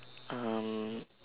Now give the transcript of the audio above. um